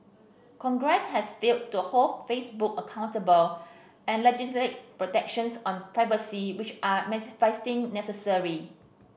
congress has failed to hold Facebook accountable and legislate protections on privacy which are manifestly necessary